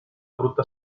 brutta